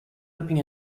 ripping